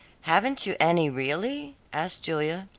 haven't you any, really? asked julia.